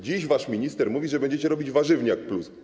Dziś wasz minister mówi, że będziecie robić warzywniak+.